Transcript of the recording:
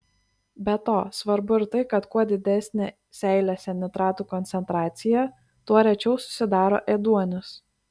be to svarbu ir tai kad kuo didesnė seilėse nitratų koncentracija tuo rečiau susidaro ėduonis